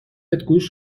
گوش